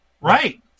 Right